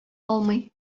алмый